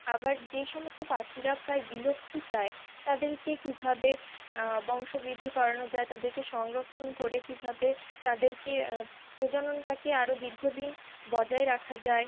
আবার যে সমস্ত পাখিরা প্রায় বিলুপ্তপ্রায় তাদেরকে কীভাবে বংশবৃদ্ধি করানো যায় তাদেরকে সংরক্ষণ করে কীভাবে তাদেরকে প্রজননটাকে আরও দীর্ঘদিন বজায় রাখা যায়